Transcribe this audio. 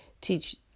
teach